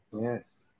Yes